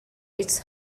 its